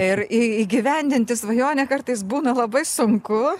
ir į įgyvendinti svajonę kartais būna labai sunku